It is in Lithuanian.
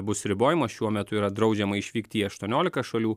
bus ribojamas šiuo metu yra draudžiama išvykti į aštuoniolika šalių